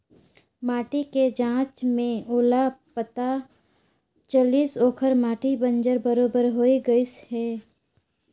माटी के जांच में ओला पता चलिस ओखर माटी बंजर बरोबर होए गईस हे